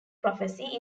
prophecy